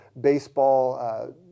baseball